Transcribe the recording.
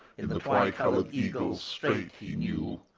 in the twy-coloured eagles straight he knew,